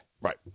right